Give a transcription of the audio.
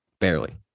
barely